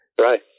Right